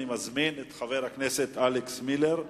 אני מזמין את חבר הכנסת אלכס מילר.